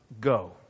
go